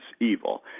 evil